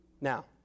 Now